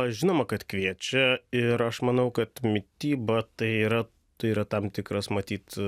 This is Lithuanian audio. žinoma kad kviečia ir aš manau kad mityba tai yra tai yra tam tikras matyt